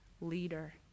leader